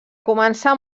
començà